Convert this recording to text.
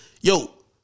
Yo